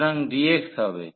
সুতরাং dx হবে